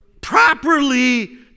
properly